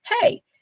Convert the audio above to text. hey